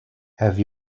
have